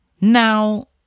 Now